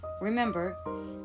remember